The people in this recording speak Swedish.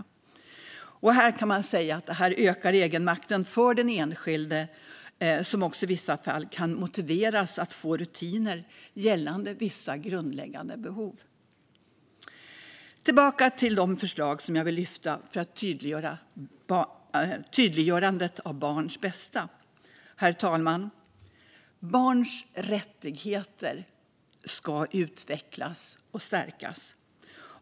Detta ökar egenmakten för den enskilde, som också i vissa fall kan motiveras att få rutiner gällande vissa grundläggande behov. Tillbaka till det förslag jag vill lyfta som gäller tydliggörandet av barns bästa. Herr talman! Barns rättigheter ska utvecklas och stärkas.